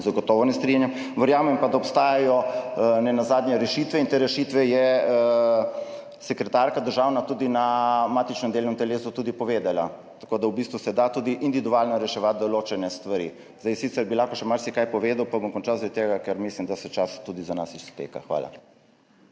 Zagotovo ne strinjam. Verjamem pa, da obstajajo nenazadnje rešitve, in te rešitve je državna sekretarka na matičnem delovnem telesu tudi povedala. Tako da v bistvu se da tudi individualno reševati določene stvari. Sicer bi lahko še marsikaj povedal, pa bom končal, zaradi tega ker mislim, da se čas tudi za nas izteka. Hvala.